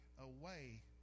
away